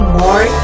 more